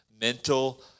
Mental